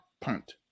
Punt